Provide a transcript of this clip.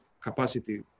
capacity